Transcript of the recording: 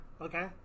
okay